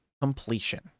completion